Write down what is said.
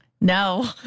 No